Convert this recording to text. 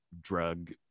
drug